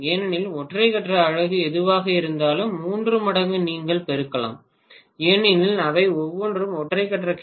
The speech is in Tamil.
ஏனெனில் ஒற்றை கட்ட அலகு எதுவாக இருந்தாலும் மூன்று மடங்கு நீங்கள் பெருக்கலாம் ஏனெனில் அவை ஒவ்வொன்றும் ஒற்றை கட்ட கே